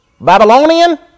Babylonian